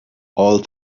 all